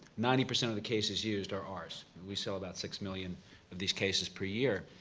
ninety percent of the cases used are ours, and we sell about six million of these cases per year.